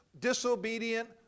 disobedient